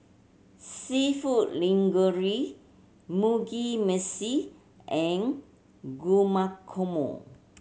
Seafood Mugi Meshi and